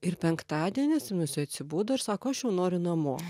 ir penktadienį jisai nusi atsibudo ir sako aš jau noriu namo